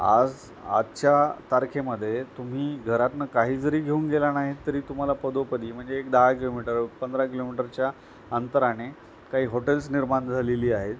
आज आजच्या तारखेमध्ये तुम्ही घरातनं काही जरी घेऊन गेला नाहीत तरी तुम्हाला पदोपदी म्हणजे एक दहा किलोमीटर पंधरा किलोमीटरच्या अंतराने काही हॉटेल्स निर्माण झालेली आहेत